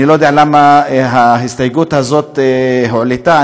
אני לא יודע למה ההסתייגות הזאת הועלתה.